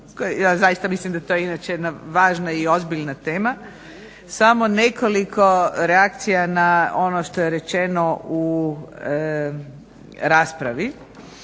zaista mislim da je to inače jedna važna i ozbiljna tema. Samo nekoliko reakcija na ono što je rečeno u raspravi.